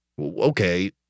okay